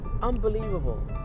Unbelievable